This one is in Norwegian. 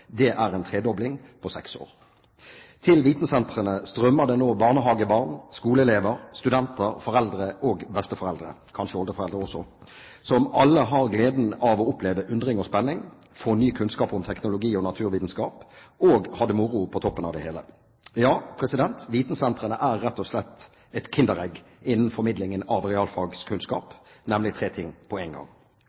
Det er en tredobling på seks år. Til vitensentrene strømmer det nå barnehagebarn, skoleelever, studenter, foreldre og besteforeldre – kanskje oldeforeldre også – som alle har gleden av å oppleve undring og spenning, få ny kunnskap om teknologi og naturvitenskap – og ha det moro, på toppen av det hele. Vitensentrene er rett og slett et kinderegg innen formidling av realfagskunnskap, nemlig tre ting på én gang.